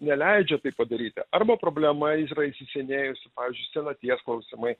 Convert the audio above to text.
neleidžia tai padaryti arba problema yra įsisenėjusi pavyzdžiui senaties klausimai